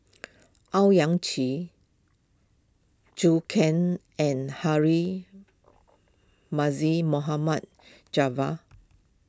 Owyang Chi Zhou Can and Harry Mohammad Javad